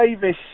Davis